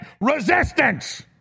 resistance